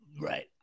Right